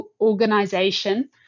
organization